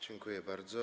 Dziękuję bardzo.